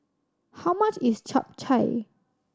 how much is Chap Chai